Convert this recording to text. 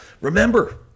remember